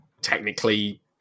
technically